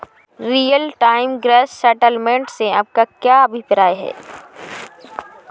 Real time gross settlement से आपका क्या अभिप्राय है?